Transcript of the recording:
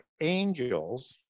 angels